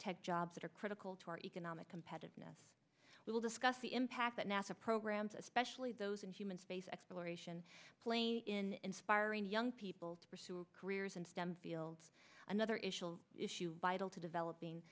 tech jobs that are critical to our economic competitiveness we will discuss the impact that nasa programs especially those in human space exploration play inspiring young people to pursue careers and stem fields another issue issue vital to developing